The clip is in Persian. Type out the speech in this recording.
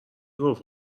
گفت